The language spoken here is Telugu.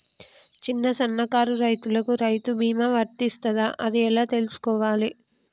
చిన్న సన్నకారు రైతులకు రైతు బీమా వర్తిస్తదా అది ఎలా తెలుసుకోవాలి?